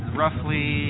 roughly